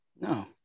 No